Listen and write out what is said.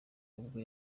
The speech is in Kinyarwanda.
ubwo